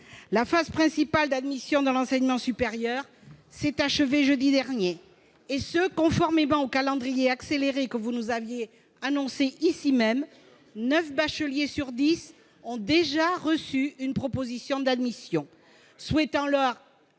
La phase principale d'admission dans l'enseignement supérieur s'est achevée jeudi dernier, conformément au calendrier accéléré que vous nous aviez annoncé ici même. Neuf bacheliers sur dix ont d'ores et déjà reçu une proposition d'admission.